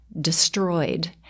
destroyed